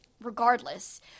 regardless